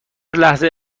لحظه